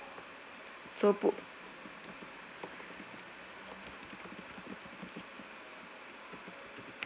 so booked